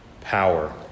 power